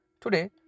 Today